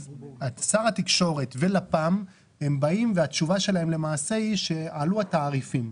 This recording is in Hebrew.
שר התקשורת ולפ"ם באים והתשובה שלהם למעשה היא שעלו התעריפים.